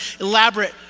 elaborate